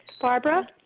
Barbara